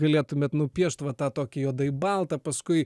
galėtumėt nupiešt va tą tokį juodai baltą paskui